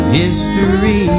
history